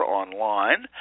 online